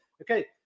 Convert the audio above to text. Okay